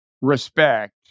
respect